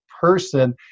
person